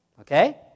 Okay